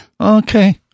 Okay